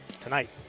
tonight